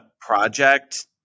project